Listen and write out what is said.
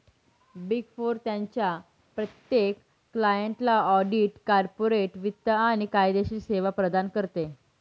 big four त्यांच्या प्रत्येक क्लायंटला ऑडिट, कॉर्पोरेट वित्त आणि कायदेशीर सेवा प्रदान करते